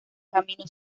camino